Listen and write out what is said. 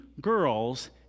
girls